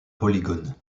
polygone